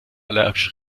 allergische